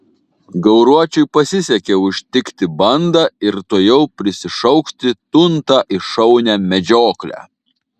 gauruočiui pasisekė užtikti bandą ir tuojau prisišaukti tuntą į šaunią medžioklę